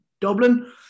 Dublin